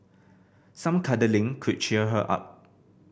some cuddling could cheer her up